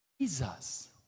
Jesus